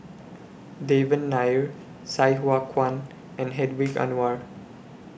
Devan Nair Sai Hua Kuan and Hedwig Anuar